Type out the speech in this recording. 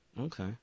Okay